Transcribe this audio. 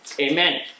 Amen